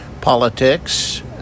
politics